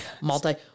multi